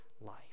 life